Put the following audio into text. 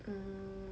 um